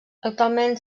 actualment